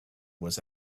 was